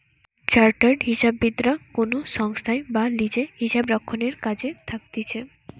chartered হিসাববিদরা কোনো সংস্থায় বা লিজে হিসাবরক্ষণের কাজে থাকতিছে